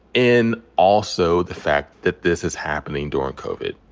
and also the fact that this is happening during covid.